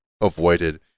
avoided